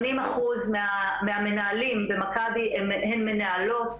80% מהמנהלים במכבי הן מנהלות,